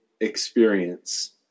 experience